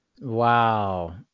Wow